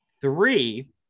Three